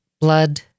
blood